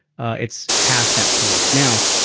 it's half that point. now,